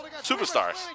superstars